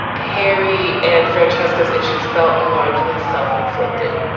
herry and francesco's issues felt largely self-inflicted.